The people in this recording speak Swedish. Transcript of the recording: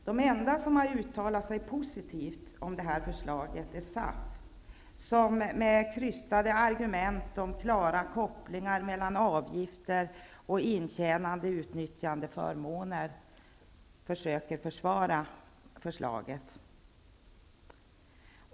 Den enda som har uttalat sig positivt om det här förslaget är SAF, som med krystade argument om klara kopplingar mellan avgifter och intjänade resp. utnyttjade förmåner försöker försvara förslaget.